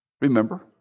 Remember